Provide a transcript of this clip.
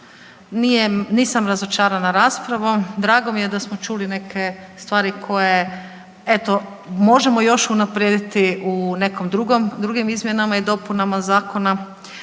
nisam razočarana raspravom, drago mi je da smo čuli neke stvari koje eto možemo još unaprijediti u nekim drugim izmjenama i dopunama zakona.